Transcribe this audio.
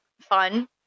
fun